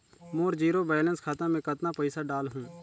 मोर zero balance खाता मे कतना पइसा डाल हूं?